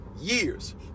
years